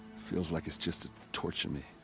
feels like it's just to. torture me.